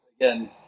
again